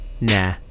Nah